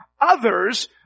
others